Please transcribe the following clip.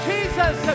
Jesus